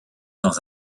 dans